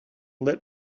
let